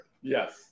Yes